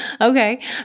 Okay